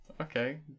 Okay